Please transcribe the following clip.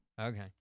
Okay